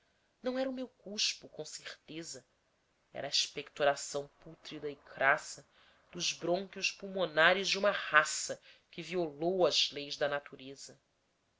não era o meu cuspo com certeza era a expectoração pútrida e crassa dos brônquios pulmorares de uma raça que violou as leis da natureza